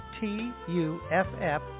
T-U-F-F